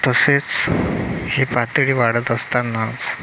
तसेच हे पातळी वाढत असतानाच